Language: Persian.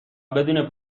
بدون